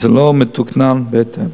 ואינן מתוקננות בהתאם,